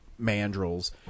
mandrels